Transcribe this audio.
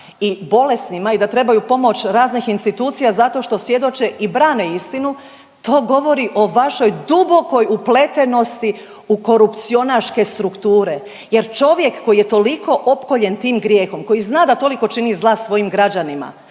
i bolesnima i da trebaju pomoć raznih institucija zato što svjedoče i brane istine to govori o vašoj dubokoj upletenosti u korupcionaške strukture jer čovjek koji je toliko opkoljen tim grijehom koji zna da toliko čini zla svojim građanima